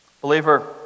Believer